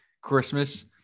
Christmas